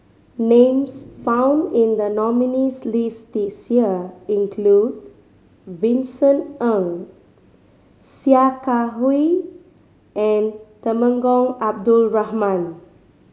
names found in the nominees' list this year include Vincent Ng Sia Kah Hui and Temenggong Abdul Rahman